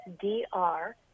D-R